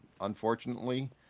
unfortunately